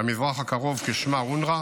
במזרח הקרוב (אונר"א)),